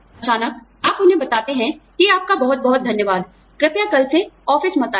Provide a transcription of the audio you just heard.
अचानक आप उन्हें बताते हैं कि आपका बहुत बहुत धन्यवाद कृपया कल से ऑफिस मत आइए